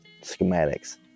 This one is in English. schematics